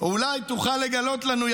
או אולי תוכל לגלות לנו,